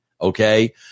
Okay